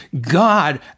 God